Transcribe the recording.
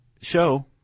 show